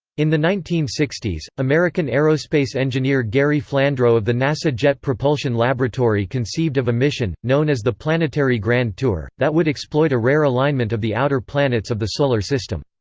in the nineteen sixty s, american aerospace engineer gary flandro of the nasa jet propulsion laboratory conceived of a mission, known as the planetary grand tour, that would exploit a rare alignment of the outer planets of the solar system.